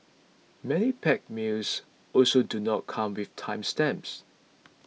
many packed meals also do not come with time stamps